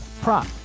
prop